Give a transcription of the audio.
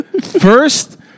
First